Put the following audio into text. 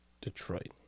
Detroit